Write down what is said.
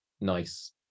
nice